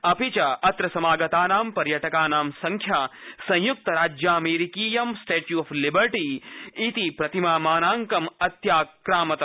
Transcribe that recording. अत्र समागतानां पर्यटकानां संख्या संयुक्ताराज्यामेरिकीयं स्टैच् ऑफ लिबर्टि इति प्रतिमामानांकं अत्याक्रमत